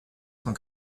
cent